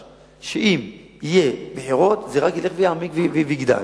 שאם יהיו בחירות זה רק יעמיק ויגדל.